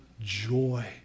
joy